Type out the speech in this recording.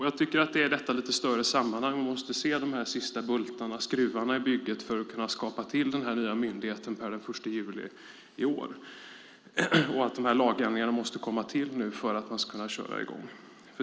Jag tycker att det är i detta lite större sammanhang man måste se de här sista bultarna och skruvarna i bygget för att kunna skapa den nya myndigheten den 1 juli i år och att lagändringarna nu måste komma till för att man ska kunna köra i gång.